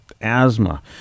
asthma